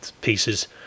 pieces